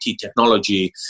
technology